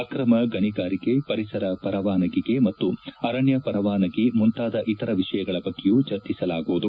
ಅಕ್ರಮ ಗಣಿಗಾರಿಕೆ ಪರಿಸರ ಪರವಾನಿಗೆ ಮತ್ತು ಅರಣ್ಯ ಪರವಾನಿಗೆ ಮುಂತಾದ ಇತರ ವಿಷಯಗಳ ಬಗ್ಗೆಯೂ ಚರ್ಚಿಸಲಾಗುವುದು